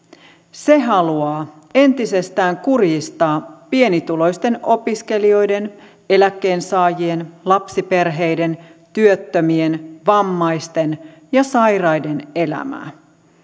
se haluaa entisestään kurjistaa pienituloisten opiskelijoiden eläkkeensaajien lapsiperheiden työttömien vammaisten ja sairaiden elämää